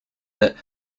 that